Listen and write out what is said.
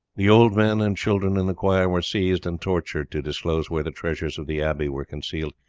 the old men and children in the choir were seized and tortured to disclose where the treasures of the abbey were concealed,